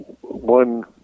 one